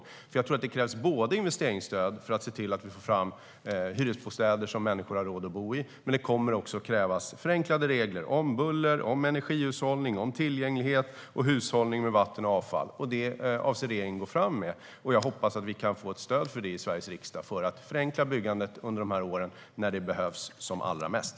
Jag tror nämligen att det krävs både investeringsstöd för att se till att vi får fram hyresbostäder och förenklade regler om buller, om energihushållning, om tillgänglighet och om hushållning med vatten och avfall. Detta avser regeringen att gå fram med, och jag hoppas att vi kan få ett stöd för det i Sveriges riksdag för att förenkla byggandet under de här åren när det behövs som allra mest.